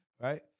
right